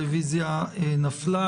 הרביזיה נפלה.